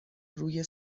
روی